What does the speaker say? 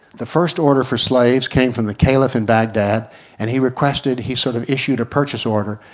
the first order for slaves came from the caliph in baghdad and he requested, he sort of issued a purchase order,